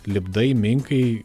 lipdai minkai